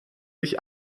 sich